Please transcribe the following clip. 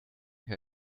her